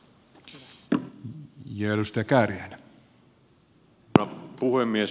arvoisa puhemies